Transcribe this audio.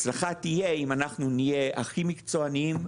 הצלחה תהיה אם אנחנו נהיה הכי מקצועניים,